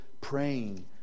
praying